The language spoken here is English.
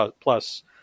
plus